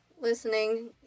listening